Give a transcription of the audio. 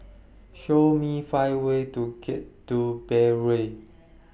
Show Me five ways to get to Beirut